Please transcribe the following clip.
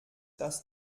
das